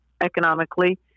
economically